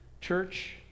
Church